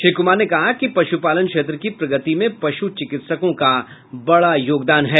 श्री कुमार ने कहा कि पश्रपालन क्षेत्र की प्रगति में पश् चिकित्सकों का बड़ा योगदान है